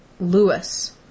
Lewis